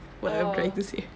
oh